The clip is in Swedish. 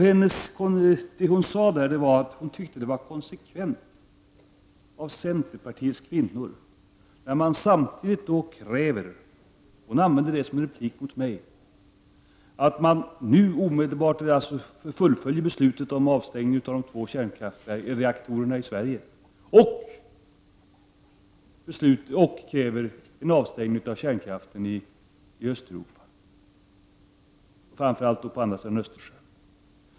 Hon tyckte att det var konsekvent handlat av centerpartiets kvinnor då de samtidigt krävde — hon använde detta som en replik till mig — att man nu omedelbart fullföljer beslutet om avstängning av två kärnkraftsreaktorer i Sverige och en avstängning av kärnkraften i Östeuropa, framför allt på andra sidan Östersjön.